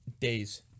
Days